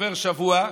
עובר שבוע,